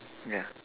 ya